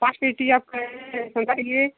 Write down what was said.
पाँच पेटी आपका है संतरे के लिए